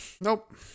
Nope